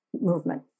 movement